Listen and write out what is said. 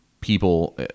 people –